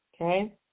Okay